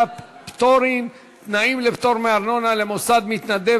(פטורין) (תנאים לפטור מארנונה למוסד מתנדב),